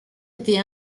été